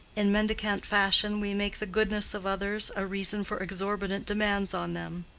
in mendicant fashion we make the goodness of others a reason for exorbitant demands on them.